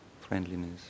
friendliness